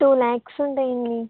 two lakhs ఉంటాయండి